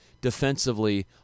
defensively